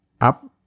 up